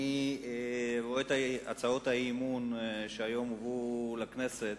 אני רואה את הצעות האי-אמון שהובאו היום לכנסת,